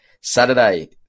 Saturday